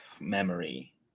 memory